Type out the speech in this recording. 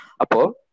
Apo